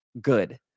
good